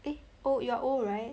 eh O you're O right